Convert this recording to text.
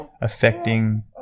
affecting